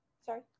Sorry